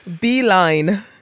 beeline